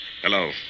Hello